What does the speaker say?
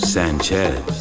Sanchez